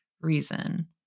reason